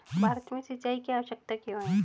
भारत में सिंचाई की आवश्यकता क्यों है?